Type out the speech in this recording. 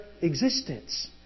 existence